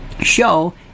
show